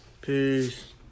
Peace